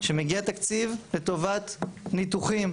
שמגיע תקציב לטובת ניתוחים.